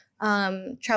travel